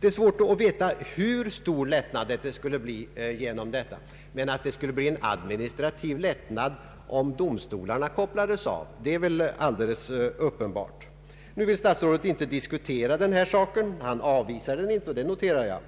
Det är svårt att veta hur stor lättnad som skulle kunna åstadkommas genom ett sådant system, men att det skulle medföra en administrativ förenkling om domstolarna kopplades bort är väl alldeles uppenbart. Nu vill statsrådet inte diskutera denna sak. Han avvisar den dock inte, vilket jag noterar.